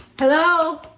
hello